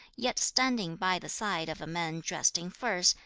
yet standing by the side of men dressed in furs,